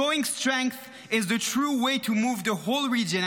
Showing strength is the true way to move the whole region,